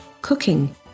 cooking